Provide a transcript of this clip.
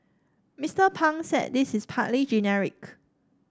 Mister Pang said this is partly genetic